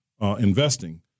investing